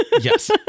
Yes